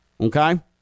Okay